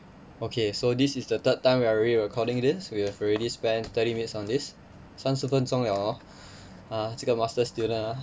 okay so this is the third time we are re-recording this we have already spent thirty minutes on this 三十分钟了哦啊这个 master student ah